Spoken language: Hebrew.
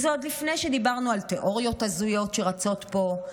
וזה עוד לפני שדיברנו על תיאוריות הזויות שרצות פה,